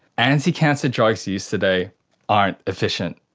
anti-cancer drugs used today aren't efficient.